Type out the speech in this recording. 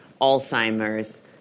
Alzheimer's